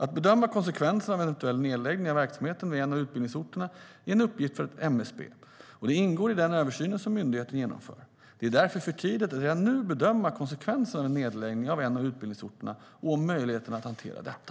Att bedöma konsekvenserna av en eventuell nedläggning av verksamheten vid en av utbildningsorterna är en uppgift för MSB, och det ingår i den översyn som myndigheten genomför. Det är därför för tidigt att redan nu bedöma konsekvenserna av en nedläggning av en av utbildningsorterna och om möjligheterna att hantera detta.